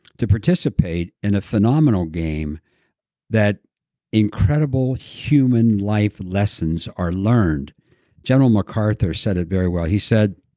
to participate in a phenomenal game that incredible human life lessons are learned general macarthur said it very well. he said